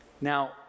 Now